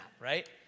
right